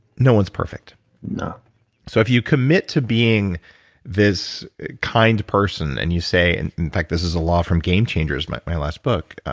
no one's perfect no so if you commit to being this kind person and you say. and in fact, this is a law from game changers, my my last book.